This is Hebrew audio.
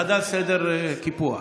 חדל סדר קיפוח.